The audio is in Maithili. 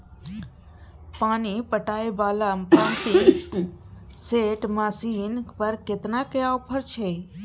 पानी पटावय वाला पंपिंग सेट मसीन पर केतना के ऑफर छैय?